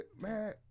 man